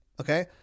Okay